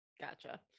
Gotcha